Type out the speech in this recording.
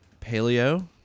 paleo